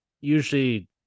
usually